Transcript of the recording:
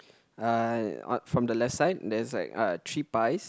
uh on from the left side there's like uh three pies